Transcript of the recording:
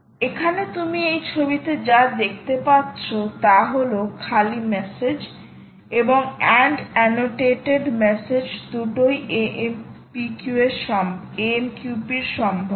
সুতরাং এখানে তুমি এ ছবিতে যা দেখতে পাচ্ছ তা হল খালি মেসেজ এবং এন্ড এ্যানোটেটেড মেসেজ দুটোই AMPQ এ সম্ভব